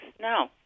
No